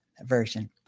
version